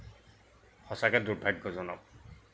সঁচাকৈ দুৰ্ভাগ্যজনক